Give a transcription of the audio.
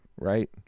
Right